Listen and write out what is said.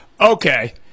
Okay